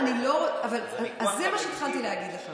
זה ויכוח, זה מה שהתחלתי להגיד לך.